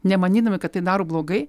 nemanydami kad tai daro blogai